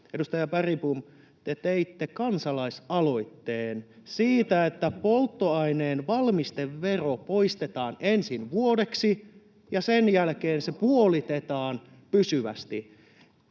Edustaja Bergbom, te teitte kansalaisaloitteen siitä, että polttoaineen valmistevero poistetaan ensin vuodeksi ja sen jälkeen se puolitetaan pysyvästi.